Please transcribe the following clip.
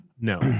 no